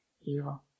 evil